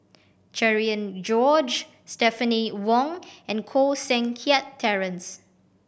Cherian George Stephanie Wong and Koh Seng Kiat Terence